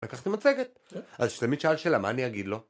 לקח את המצגת, אז שתמיד שאל שאלה מה אני אגיד לו.